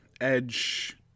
edge